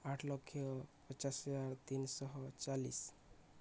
ଆଠ ଲକ୍ଷ ପଚାଶ ହଜାର ତିନିଶହ ଚାଳିଶ